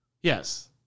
Yes